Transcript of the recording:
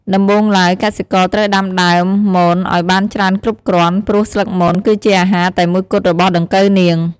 ដំបូងឡើយ កសិករត្រូវដាំដើមមនឲ្យបានច្រើនគ្រប់គ្រាន់ ព្រោះស្លឹកមនគឺជាអាហារតែមួយគត់របស់ដង្កូវនាង។